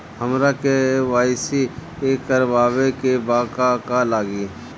हमरा के.वाइ.सी करबाबे के बा का का लागि?